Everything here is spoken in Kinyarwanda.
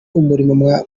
umurimo